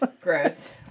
Gross